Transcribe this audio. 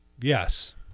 Yes